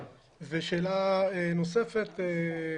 ושאלה נוספת,